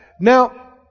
Now